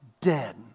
Dead